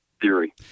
theory